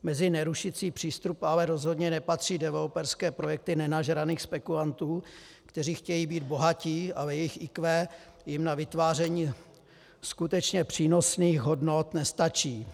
Mezi nerušící přístup ale rozhodně nepatří developerské projekty nenažraných spekulantů, kteří chtějí být bohatí, ale jejich IQ jim na vytváření skutečně přínosných hodnot nestačí.